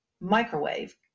microwave